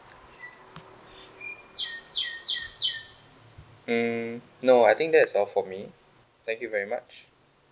um no I think that's all for me thank you very much